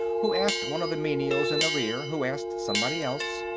who asked one of the menials in the rear, who asked somebody else.